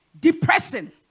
depression